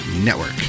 network